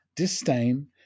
disdain